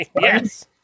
Yes